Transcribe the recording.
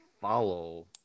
follow